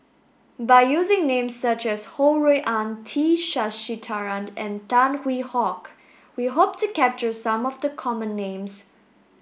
by using names such as Ho Rui An T Sasitharan and Tan Hwee Hock we hope to capture some of the common names